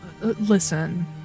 listen